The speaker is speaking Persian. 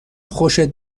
خوشت